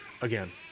again